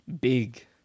big